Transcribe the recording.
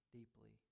deeply